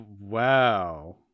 Wow